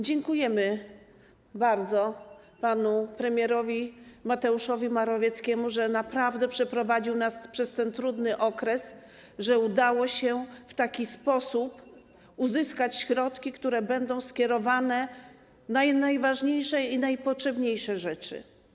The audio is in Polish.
Dziękujemy bardzo panu premierowi Mateuszowi Morawieckiemu, że naprawdę przeprowadził nas przez ten trudny okres, że udało się w taki sposób uzyskać środki, które będą skierowane na najważniejsze i najpotrzebniejsze rzeczy.